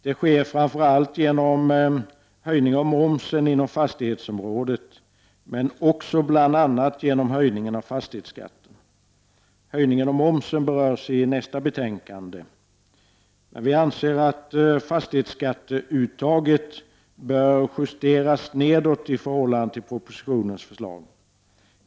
Det sker framför allt genom höjningen av momsen inom fastighetsområdet men också bl.a. genom höjningen av fastighetsskatten. Höjningen av momsen berörs i nästa betänkande. Vi anser att fastighetsskatteuttaget bör justeras nedåt i förhållande till propositionens förslag.